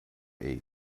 eight